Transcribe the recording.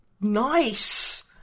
Nice